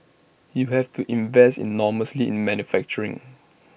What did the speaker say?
you have to invest enormously in manufacturing